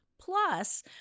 Plus